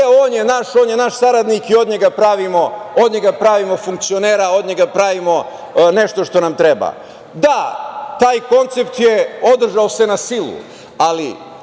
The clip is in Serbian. on je naš saradnik i od njega pravimo funkcionera, od njega pravimo nešto što nam treba. Da taj koncept se održao na silu, ali